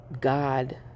God